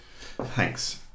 Thanks